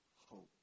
hope